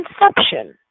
inception